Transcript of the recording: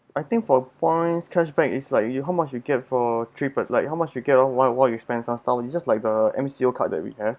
I think for points cashback is like you how much you get for three per like how much you get on what what you spend lah style it just like the M_C_O card that we have